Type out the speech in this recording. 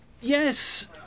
Yes